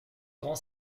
grand